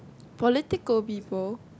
political people